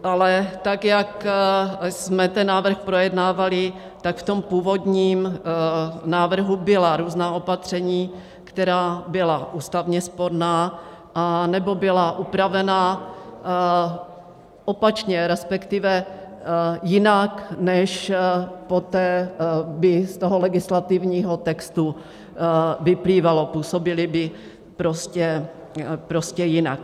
Ale jak jsme ten návrh projednávali, v tom původním návrhu byla různá opatření, která byla ústavně sporná anebo byla upravena opačně, respektive jinak, než poté by z legislativního textu vyplývalo, působila by prostě jinak.